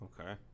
Okay